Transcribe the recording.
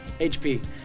HP